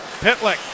Pitlick